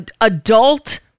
adult